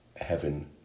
heaven